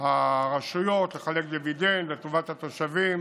הרשויות לחלק דיבידנד לטובת התושבים